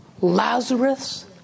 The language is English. Lazarus